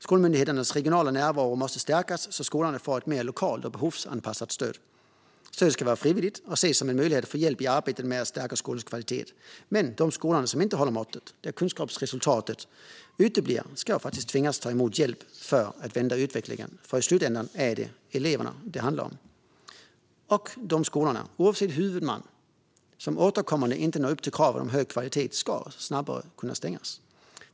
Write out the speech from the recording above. Skolmyndigheternas regionala närvaro måste stärkas så att skolorna får ett mer lokalt och behovsanpassat stöd. Stödet ska vara frivilligt och ses som en möjlighet att få hjälp i arbetet med att stärka skolans kvalitet. Men de skolor som inte håller måttet och där kunskapsresultaten uteblir ska tvingas ta emot hjälp för att vända utvecklingen. För i slutändan är det eleverna det handlar om. Och de skolor, oavsett huvudman, som återkommande inte når upp till kraven på hög kvalitet ska snabbare kunna stängas.